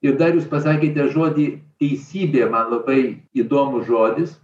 ir dar jūs pasakėte žodį teisybė man labai įdomus žodis